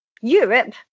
Europe